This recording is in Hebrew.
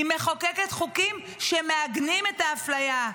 היא מחוקקת חוקים שמעגנים את האפליה,